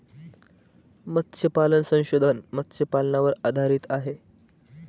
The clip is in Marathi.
मत्स्यपालन संशोधन मत्स्यपालनावर आधारित आहे